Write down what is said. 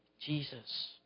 Jesus